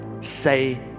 say